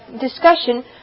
discussion